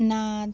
Nath